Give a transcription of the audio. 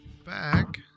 back